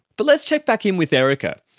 but let's check back in with erika.